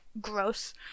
gross